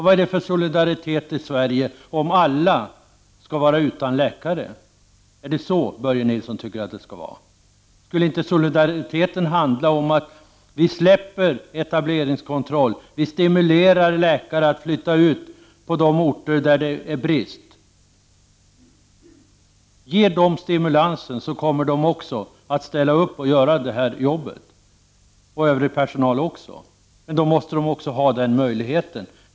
Vad är det för solidaritet, om alla skall vara utan läkare? Är det så Börje Nilsson tycker att det skall vara? Borde inte solidariteten ta sig uttryck i att man släpper på etableringskontrollen och stimulerar läkare att flytta till orter med läkarbrist? Ge dem stimulans, så kommer de också att ställa upp och göra jobbet, och det gäller inte bara läkare utan också övrig sjukvårdspersonal.